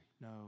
No